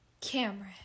camera